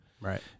Right